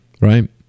right